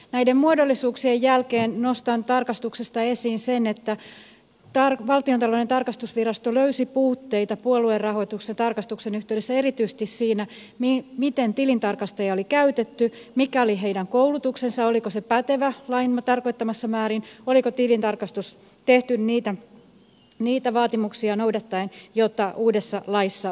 näiden muodollisuuksien jälkeen nostan tarkastuksesta esiin sen että valtiontalouden tarkastusvirasto löysi puutteita puoluerahoitustarkastuksen yhteydessä erityisesti siinä miten tilintarkastajia oli käytetty mikä oli heidän koulutuksensa oliko se pätevä lain tarkoittamassa määrin oliko tilintarkastus tehty niitä vaatimuksia noudattaen joita uudessa laissa on